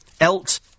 Elt